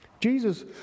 Jesus